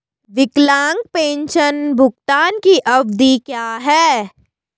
विकलांग पेंशन भुगतान की अवधि क्या है?